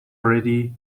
ready